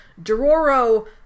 Dororo